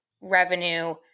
revenue